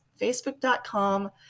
facebook.com